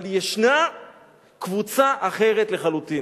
אבל ישנה קבוצה אחרת לחלוטין,